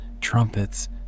trumpets